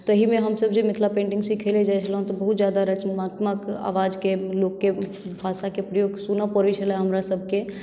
तहिमे जे हमसभ मिथिला पेन्टिंग सिखय लेल जाइत छलहुँ तऽ बहुत जादा रचनात्मक अबाजकेँ लोकके भाषाके प्रयोगके सुनय पड़ै छलय हमरा सभकेँ